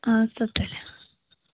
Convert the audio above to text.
آدٕ سا تُلِو